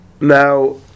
Now